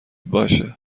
باشه